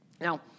Now